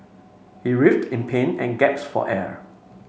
he writhed in pain and gasped for air